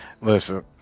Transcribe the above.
Listen